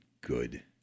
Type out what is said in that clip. good